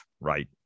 right